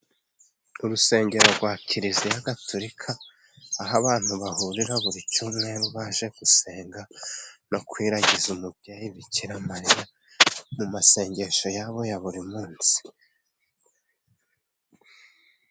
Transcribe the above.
Urusengero rwa kiriziya gatorika aho abantu bahurira buri cyumweru, baje gusenga no kwiragiza umubyeyi bikira mariya, mu masengesho yabo ya buri munsi.